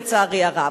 לצערי הרב.